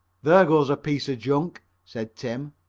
there goes a piece of junk, said tim.